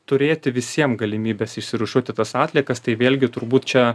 turėti visiem galimybes išsirūšiuoti tas atliekas tai vėlgi turbūt čia